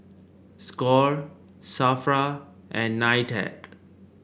Score Safra and Nitec